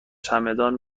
چمدان